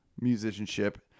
musicianship